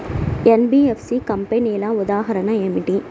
NBFC కంపెనీల ఉదాహరణ ఏమిటి?